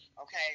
okay